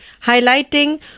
highlighting